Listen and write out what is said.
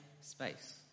space